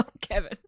Kevin